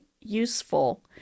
useful